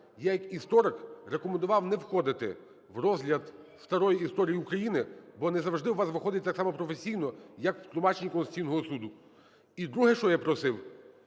Я як історик рекомендував не входити в розгляд старої історії України, бо не завжди у вас виходить так само професійно, як в тлумаченні Конституційного Суду. І друге, що я просив,